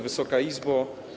Wysoka Izbo!